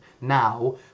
now